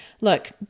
Look